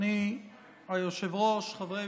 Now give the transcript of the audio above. ברשות יושב-ראש הישיבה,